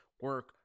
Work